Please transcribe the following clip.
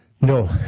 No